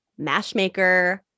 Mashmaker